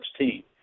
2016